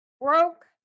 broke